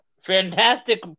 Fantastic